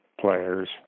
players